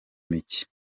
mike